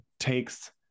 takes